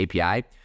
API